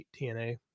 TNA